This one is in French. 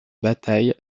bataille